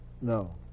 No